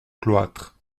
cloître